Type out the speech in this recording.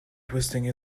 twisting